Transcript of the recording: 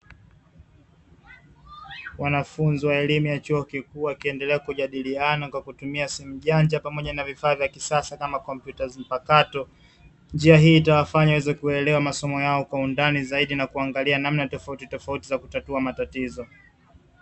Wanafunzi wa elimu ya chuo kikuu, wakiendelea kujadiliana kwa kutumia simu janja pamoja na vifaa vya kisasa kama na kompyuta mpakato. Njia hii itawafanya waweze kuelewa masomo yao kwa undani zaidi, na kuangalia namna tofautitofauti za kutatua matatizo.